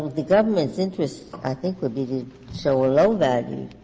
the government's interest, i think, would be to show a low value,